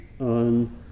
on